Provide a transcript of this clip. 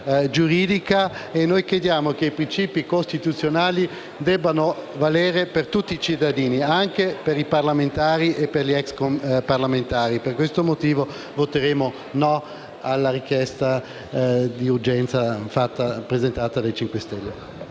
giuridica e crediamo che i principi costituzionali debbano valere per tutti i cittadini, anche per i parlamentari e per gli ex parlamentari. Per questo motivo voteremo no alla richiesta di urgenza presentata dal Movimento 5 Stelle.